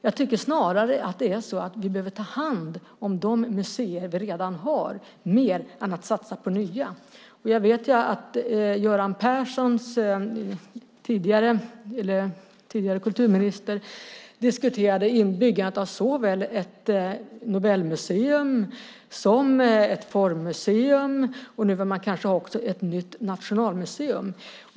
Jag tycker snarare att vi behöver ta hand om de museer vi redan har, än att satsa på nya. Jag vet att Göran Perssons tidigare kulturminister diskuterade byggandet av såväl ett Nobelmuseum som ett formmuseum. Nu vill man kanske också ha ett nytt nationalmuseum.